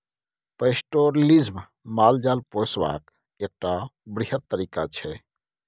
pastoralism माल जाल पोसबाक एकटा बृहत तरीका छै